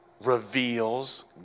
reveals